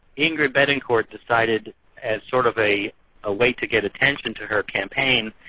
ingrid betancourt decided as sort of a ah way to get attention to her campaign,